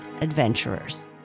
adventurers